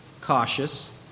cautious